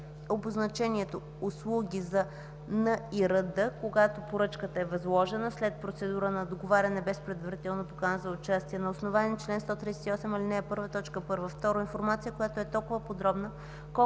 обозначението „услуги за НИРД” – когато поръчката е възложена след процедура на договаряне без предварителна покана за участие на основание чл. 138, ал. 1, т. 1; 2. информация, която е толкова подробна, колкото съдържащата